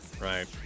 Right